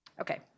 Okay